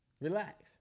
relax